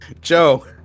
Joe